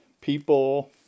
people